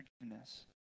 forgiveness